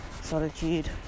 solitude